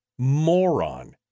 Moron